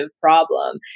problem